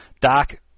Doc